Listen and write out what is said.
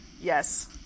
Yes